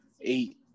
eight